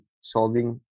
solving